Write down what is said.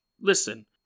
Listen